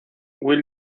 will